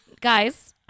guys